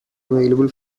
available